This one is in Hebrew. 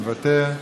מוותר,